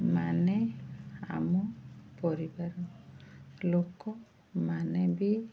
ମାନେ ଆମ ପରିବାର ଲୋକମାନେ ବି